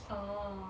orh